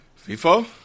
FIFA